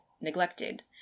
neglected